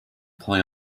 play